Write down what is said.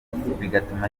bigatuma